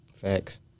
facts